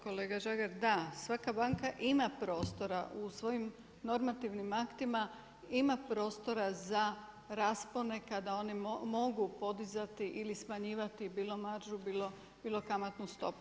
Kolega Žagar, da svaka banka ima prostora u svojim normativnim aktima ima prostora za raspone kada oni mogu podizati ili smanjivati bilo maržu, bilo kamatnu stopu.